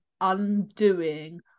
undoing